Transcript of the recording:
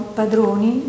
padroni